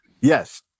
Yes